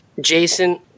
Jason